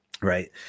right